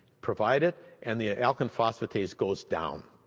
provided and the ah alkaline phosphatase goes down.